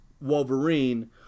Wolverine